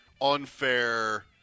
unfair